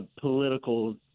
political